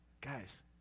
Guys